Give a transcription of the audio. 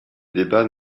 débat